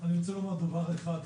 אני רוצה לומר דבר אחד,